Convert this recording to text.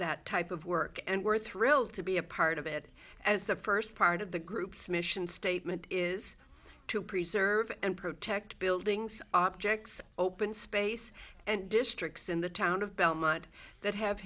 that type of work and were thrilled to be a part of it as the first part of the group's mission statement is to preserve and protect buildings objects open space and districts in the town of belmont that have